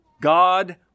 God